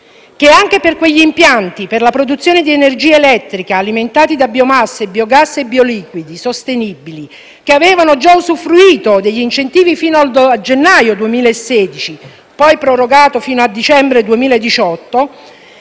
che anche per quegli impianti per la produzione di energia elettrica alimentati da biomasse, biogas e bioliquidi sostenibili, che avevano già usufruito degli incentivi fino al gennaio 2016 (poi prorogati fino al dicembre 2018),